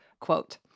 quote